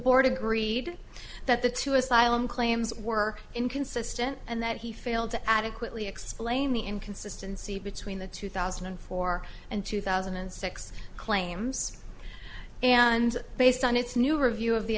board agreed that the two asylum claims were inconsistent and that he failed to adequately explain the inconsistency between the two thousand and four and two thousand and six claims and based on its new review of the